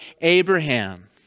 Abraham